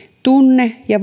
tunne ja